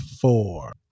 four